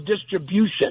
distribution